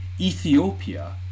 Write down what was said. Ethiopia